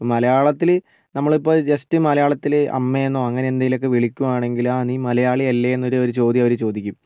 മലയാളത്തില് നമ്മൾ ഇപ്പോൾ ജസ്റ്റ് മലയാളത്തില് അമ്മ എന്നോ അങ്ങനെന്തെങ്കിലും വിളിക്കുക ആണെങ്കില് ആ നീ മലയാളി അല്ലെന്ന് ഒരു ചോദ്യം അവര് ചൊദിക്കും